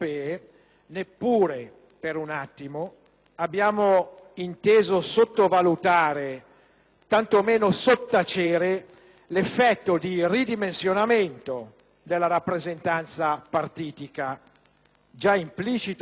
tanto meno sottacere, l'effetto di ridimensionamento della rappresentanza partitica già implicito nel testo licenziato dalla Camera dei deputati. Al contrario,